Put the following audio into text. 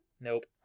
Nope